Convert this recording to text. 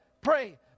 pray